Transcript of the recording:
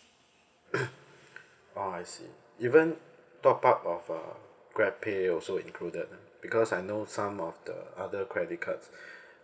oh I see even top up of uh grab pay also included ah because I know some of the other credit cards